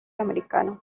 americano